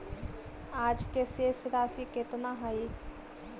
आज के शेष राशि केतना हई?